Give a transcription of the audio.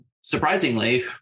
surprisingly